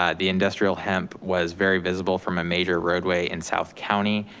ah the industrial hemp was very visible from a major roadway in south county,